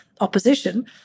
opposition